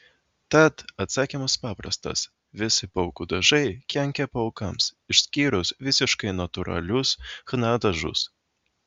tad atsakymas paprastas visi plaukų dažai kenkia plaukams išskyrus visiškai natūralius chna dažus